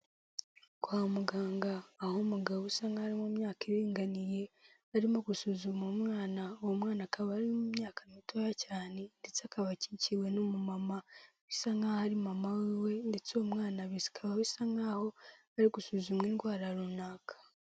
Kwa muganga aho umugabo usa nk'aho ari mu myaka iringaniye arimo gusuzuma umwana, uwo mwana akaba ari mu myaka mitoya cyane ndetse akaba akikiwe n'umu mama bisa nk'aho ari mama we ndetse mwana bikaba bisa nk'aho ari gusuzumwa indwara runaka.